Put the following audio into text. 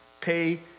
pay